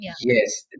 Yes